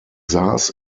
saß